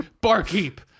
Barkeep